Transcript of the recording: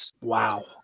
Wow